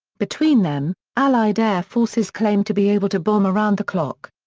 between them, allied air forces claimed to be able to bomb around the clock.